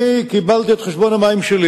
אני קיבלתי את חשבון המים שלי